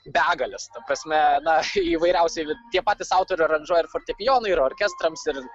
begalės ta prasme na įvairiausi ir tie patys autoriai aranžuoja ir fortepijonui ir orkestrams ir